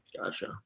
Gotcha